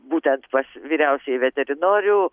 būtent pas vyriausiąjį veterinorių